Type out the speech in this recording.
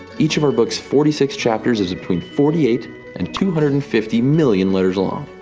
each of our books' forty six chapters is between forty eight and two hundred and fifty million letters long.